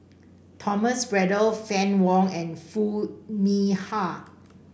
Thomas Braddell Fann Wong and Foo Mee Har